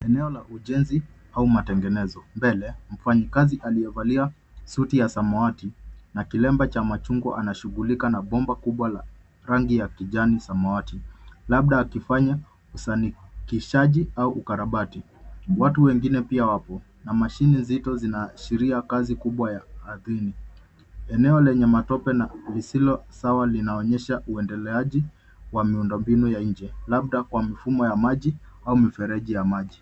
Eneo la ujenzi au matengenezo. Mbele mfanyikazi aliyevalia suti ya samawati na kilemba cha machungwa anashughulika na bomba kubwa la rangi ya kijani samawati labda akifanya usanifishaji au ukarabati. Watu wengine wapo na mashini nzito zinaashiria kazi kubwa ya ardhini. Eneo lenye matope na lisilo sawa linaonyesha uendeleaji wa miundo mbinu ya nje labda kwa mifumo ya maji au mifereji ya maji.